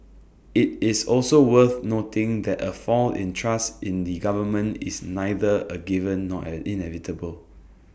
IT is also worth noting that A fall in trust in the government is neither A given nor an inevitable